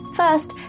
First